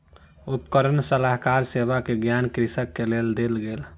उपकरण सलाहकार सेवा के ज्ञान कृषक के देल गेल